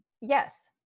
Yes